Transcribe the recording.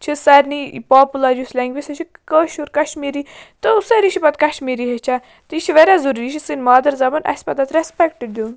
چھِ سارنٕے پاپُلَر یُس لینٛگویج سۄ چھِ کٲشُر کَشمیٖری تہٕ سٲری چھِ پَتہٕ کَشمیٖری ہیٚچھان تہٕ یہِ چھِ واریاہ ضروٗری یہِ چھِ سٲنۍ مادٕرۍ زَبان اسہِ پَزِ اَتھ ریٚسپیٚکٹہٕ دیُن